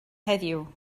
heddiw